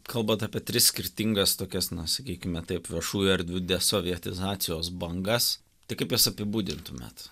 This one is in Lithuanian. kalbant apie tris skirtingas tokias na sakykime taip viešųjų erdvių desovietizacijos bangas tai kaip jas apibūdintumėt